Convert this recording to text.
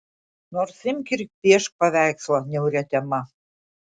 nors imk ir piešk paveikslą niauria tema